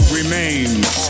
remains